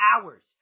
hours